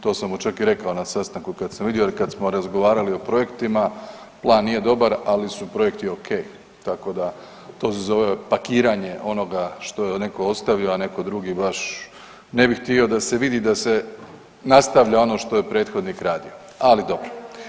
To sam mu čak i rekao na sastanku kad sam vidio jer kad smo razgovarali o projektima plan nije dobar, ali su projekti okej, tako da to se zove pakiranje onoga što je netko ostavio, a netko drugi baš ne bi htio da se vidi da se nastavlja ono što je prethodnik radio, ali dobro.